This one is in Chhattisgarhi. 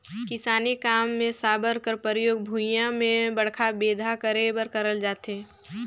किसानी काम मे साबर कर परियोग भुईया मे बड़खा बेंधा करे बर करल जाथे